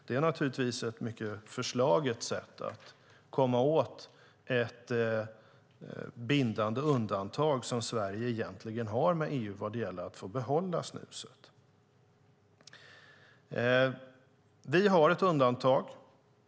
Det är naturligtvis ett mycket förslaget sätt att komma åt det bindande undantag som Sverige egentligen har med EU vad gäller att få behålla snuset. Vi har ett undantag.